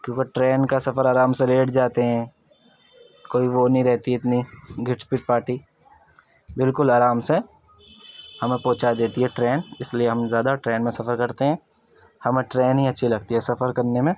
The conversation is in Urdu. کیونکہ ٹرین کا سفر آرام سے لیٹ جاتے ہیں کوئی وہ نہیں رہتی اتنی گھچ پچ پارٹی بالکل آرام سے ہمیں پہںچا دیتی ہے ٹرین اس لیے ہم زیادہ ٹرین میں سفر كرتے ہیں ہمیں ٹرین ہی اچّھی لگتی ہے سفر كرنے میں